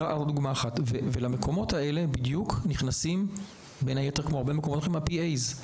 למקומות האלה נכנסים ה-PAs,